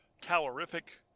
calorific